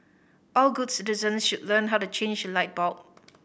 all good citizens should learn how to change a light bulb